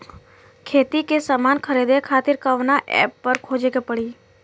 खेती के समान खरीदे खातिर कवना ऐपपर खोजे के पड़ी?